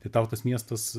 tai tau tas miestas